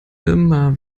immer